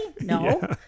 No